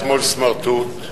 סמרטוט,